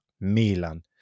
Milan